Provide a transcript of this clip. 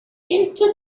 into